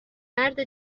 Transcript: مرد